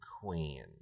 Queen